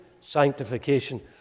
sanctification